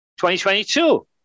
2022